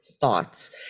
thoughts